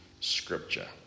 Scripture